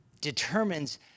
determines